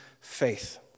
faith